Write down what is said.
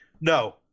no